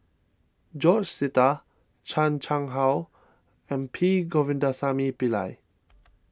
George Sita Chan Chang How and P Govindasamy Pillai